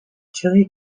chili